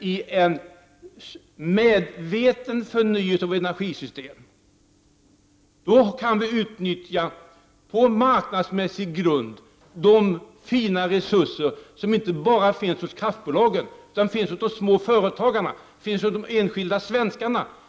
I en medveten förnyelse av energisystem däremot kan vi utnyttja, på marknadsmässig grund, de fina resurser som inte bara finns hos kraftbolagen utan även hos småföretagarna och hos enskilda svenskar.